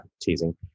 teasing